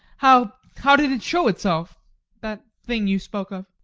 how how did it show itself that thing you spoke of?